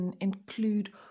include